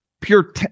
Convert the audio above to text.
pure